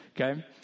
okay